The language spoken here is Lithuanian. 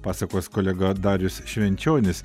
pasakos kolega darius švenčionis